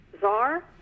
czar